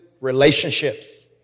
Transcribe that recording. relationships